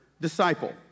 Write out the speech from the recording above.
disciple